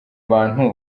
abantu